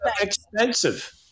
expensive